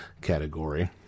category